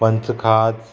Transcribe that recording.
पंचखाज